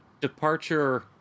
departure